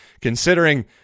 considering